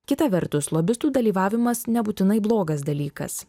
kita vertus lobistų dalyvavimas nebūtinai blogas dalykas